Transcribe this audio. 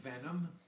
Venom